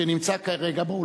שנמצא כרגע,